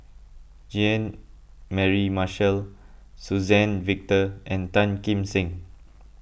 Jean Mary Marshall Suzann Victor and Tan Kim Seng